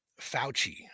Fauci